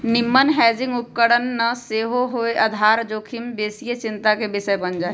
निम्मन हेजिंग उपकरण न होय से सेहो आधार जोखिम बेशीये चिंता के विषय बन जाइ छइ